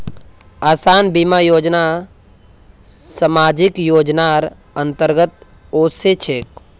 आसान बीमा योजना सामाजिक योजनार अंतर्गत ओसे छेक